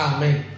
Amen